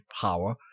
power